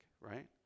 Right